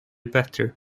better